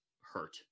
hurt